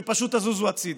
שפשוט תזוזו הצידה,